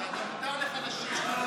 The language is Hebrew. שמותר לך לשיר.